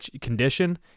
condition